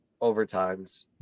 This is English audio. overtimes